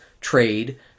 trade